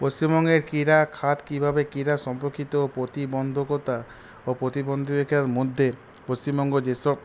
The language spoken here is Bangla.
পশ্চিমবঙ্গের ক্রীড়া খাত কীভাবে ক্রীড়া সম্পর্কিত প্রতিবন্ধকতা ও প্রতিবন্ধকতার মধ্যে পশ্চিমবঙ্গ যেসব